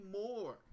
more